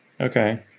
Okay